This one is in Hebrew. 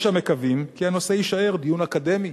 יש המקווים כי הנושא יישאר נושא אקדמי,